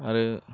आरो